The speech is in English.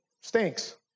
stinks